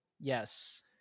Yes